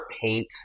paint